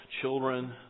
children